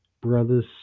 brothers